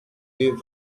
deux